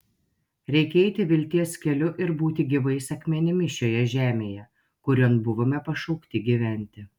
reikia eiti vilties keliu ir būti gyvais akmenimis šioje žemėje kurion buvome pašaukti gyventi